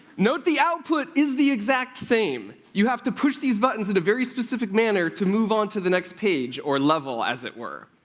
note the output is the exact same you have to push these buttons in a very specific manner to move on to the next page or level, as it were.